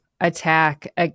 attack